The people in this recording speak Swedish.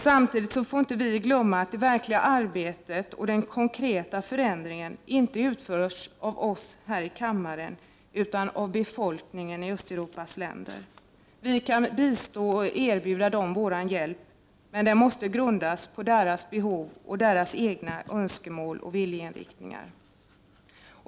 Samtidigt får vi inte glömma att det verkliga arbetet och den konkreta förändringen inte kan utföras av oss här i kammaren, utan av befolkningen i Östeuropas länder. Vi kan bistå dem och erbjuda vår hjälp, men detta måste grundas på deras behov och deras egna önskemål och viljeinriktning.